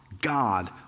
God